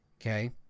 Okay